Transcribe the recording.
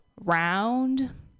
round